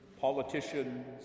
politicians